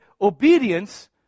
obedience